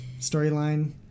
Storyline